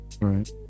Right